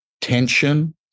tension